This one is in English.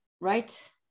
Right